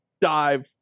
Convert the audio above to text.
dive